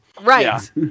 Right